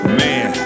man